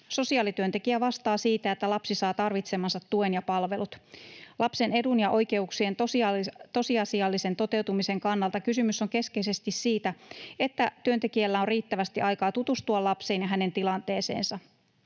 Sosiaalityöntekijä vastaa siitä, että lapsi saa tarvitsemansa tuen ja palvelut. Lapsen edun ja oikeuksien tosiasiallisen toteutumisen kannalta kysymys on keskeisesti siitä, että työntekijällä on riittävästi aikaa tutustua lapseen ja hänen tilanteeseensa.